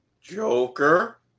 Joker